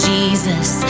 Jesus